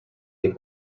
get